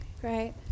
Great